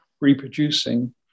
reproducing